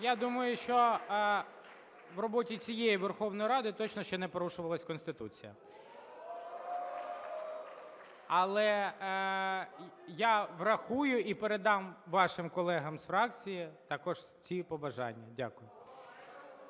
Я думаю, що в роботі цієї Верховної Ради точно ще не порушувалась Конституція. Але я врахую і передам вашим колегам з фракції також ці побажання.